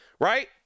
right